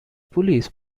police